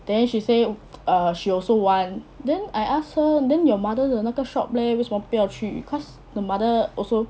then she say err she also want then I ask her then your mother 的那个 shop leh 为什么不要去 cause the mother also